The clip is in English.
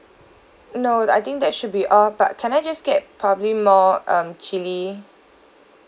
no that I think that should be all but can I just get probably more um chili